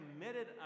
committed